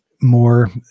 more